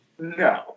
No